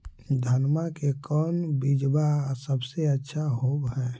धनमा के कौन बिजबा सबसे अच्छा होव है?